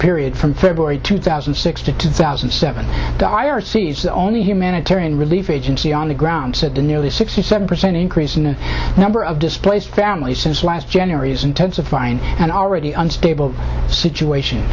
period from february two thousand and six to two thousand and seven the ira sees the only humanitarian relief agency on the ground said the nearly sixty seven percent increase in the number of displaced families since last january's intensifying and already unstable situation